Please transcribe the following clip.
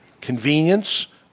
convenience